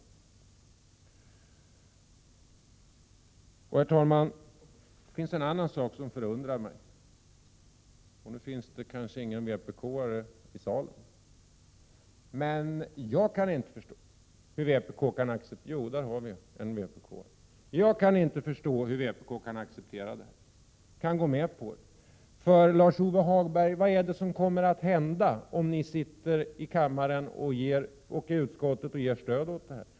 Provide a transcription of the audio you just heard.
Herr talman! Det är en annan sak som förundrar mig. Nu finns det kanske ingen vpk-are i salen — jo, där har vi en. Jag kan nämligen inte förstå hur vpk kan gå med på det här förslaget, för, Lars-Ove Hagberg, vad är det som kommer att hända om ni sitter i kammare och utskott och ger stöd åt det?